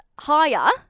higher